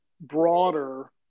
broader